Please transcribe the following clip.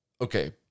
okay